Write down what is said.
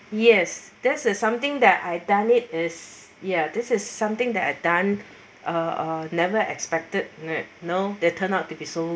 yes that's something that I done it is ya this is something that I done uh never expected that you know they turn out to be so